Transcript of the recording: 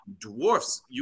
dwarfs